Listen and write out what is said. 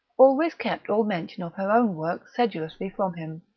always kept all mention of her own work sedulously from him.